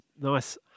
nice